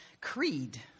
creed